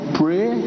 pray